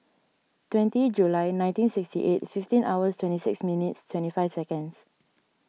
twenty July nineteen sixty eight fifteen hours twenty six minutes twenty five seconds